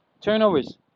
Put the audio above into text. Turnovers